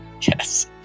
Yes